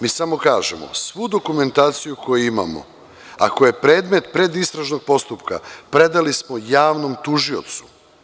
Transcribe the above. Mi samo kažemo – svu dokumentaciju koju imamo, a koja je predmet predistražnog postupka, predali smo javnom tužiocu.